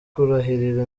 kurahirira